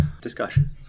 discussion